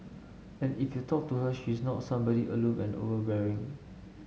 and if you talk to her she's not somebody aloof and overbearing